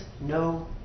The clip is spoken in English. no